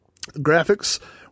Graphics